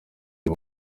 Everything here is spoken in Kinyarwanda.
aba